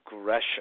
aggression